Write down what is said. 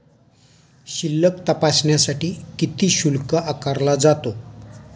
शिल्लक तपासण्यासाठी किती शुल्क आकारला जातो?